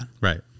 Right